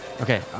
Okay